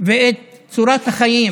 ואת צורת החיים